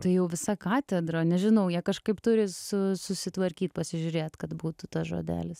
tai jau visa katedra nežinau jie kažkaip turi su susitvarkyt pasižiūrėt kad būtų tas žodelis